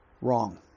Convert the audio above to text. Wrong